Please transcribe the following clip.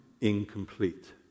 incomplete